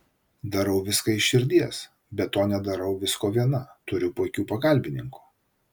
darau viską iš širdies be to nedarau visko viena turiu puikių pagalbininkų